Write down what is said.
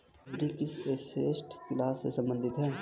FD किस asset class से संबंधित है?